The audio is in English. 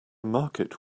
market